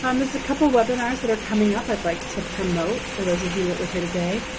um there's a couple of webinars that are coming up i'd like to promote for those of you that were here today.